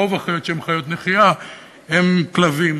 רוב החיות שהן חיות נחייה הן כלבים,